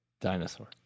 Dinosaur